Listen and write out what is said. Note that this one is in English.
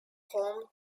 home